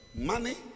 Money